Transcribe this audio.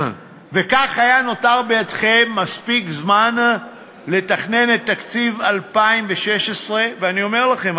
וכך היה נותר בידכם מספיק זמן לתכנן את תקציב 2016. ואני אומר לכם,